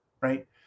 right